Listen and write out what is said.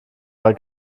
war